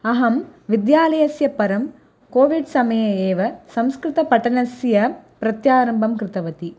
अहं विद्यालयस्य परं कोविड्समये एव संस्कृतपठनस्य प्रत्यारम्भं कृतवती